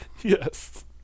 Yes